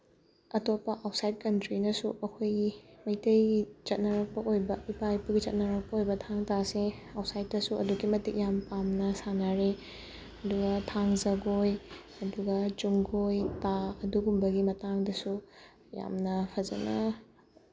ꯑꯇꯣꯞꯄ ꯑꯥꯎꯠꯁꯥꯏꯠ ꯀꯟꯇ꯭ꯔꯤꯅꯁꯨ ꯑꯩꯈꯣꯏꯒꯤ ꯃꯩꯇꯩꯒꯤ ꯆꯠꯅꯔꯛꯄ ꯑꯣꯏꯕ ꯏꯄꯥ ꯏꯄꯨꯒꯤ ꯆꯠꯅꯔꯛꯄ ꯑꯣꯏꯕ ꯊꯥꯡ ꯇꯥꯁꯦ ꯑꯥꯎꯠꯁꯥꯏꯠꯇꯁꯨ ꯑꯗꯨꯛꯀꯤ ꯃꯇꯤꯛ ꯌꯥꯝ ꯄꯥꯝꯅ ꯁꯥꯟꯅꯔꯤ ꯑꯗꯨꯒ ꯊꯥꯡ ꯖꯒꯣꯏ ꯑꯗꯨꯒ ꯆꯨꯡꯒꯣꯏ ꯇꯥ ꯑꯗꯨꯒꯨꯝꯕꯒꯤ ꯃꯇꯥꯡꯗꯁꯨ ꯌꯥꯝꯅ ꯐꯖꯅ